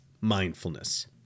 mindfulness